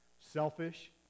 Selfish